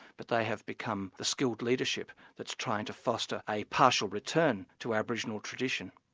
but they have become the skilled leadership that's trying to foster a partial return to aboriginal tradition.